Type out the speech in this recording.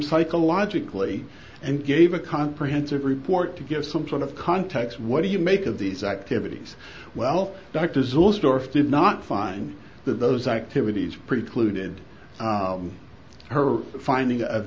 psychologically and gave a comprehensive report to give some sort of context what do you make of these activities well doctors or stores did not find that those activities precluded her finding